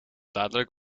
dadelijk